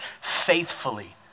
faithfully